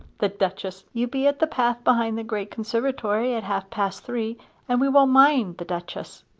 the duchess! you be at the path behind the great conservatory at half-past three and we won't mind the duchess.